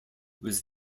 was